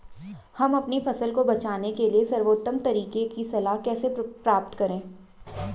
हम अपनी फसल को बचाने के सर्वोत्तम तरीके की सलाह कैसे प्राप्त करें?